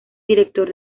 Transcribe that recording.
director